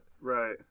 Right